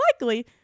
likely